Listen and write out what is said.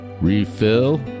refill